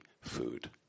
food